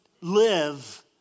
live